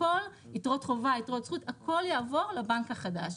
יתרות חובה, יתרות זכות, הכול יעבור לבנק החדש.